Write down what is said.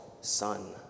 son